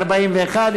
41,